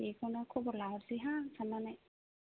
बेखौनो खबर लाहरनोसैहां सान्नानै